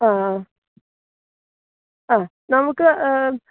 ആ ആ ആ നമുക്ക്